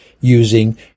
using